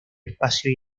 espacio